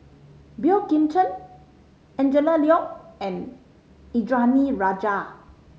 Boey Kim Cheng Angela Liong and Indranee Rajah